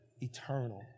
Eternal